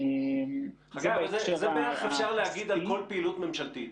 זו אמירה שנכונה לכל פעילות ממשלתית.